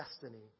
destiny